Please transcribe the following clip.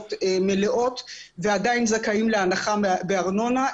משכורות מלאות ועדיין זכאים להנחה מארנונה.